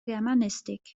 germanistik